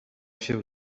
się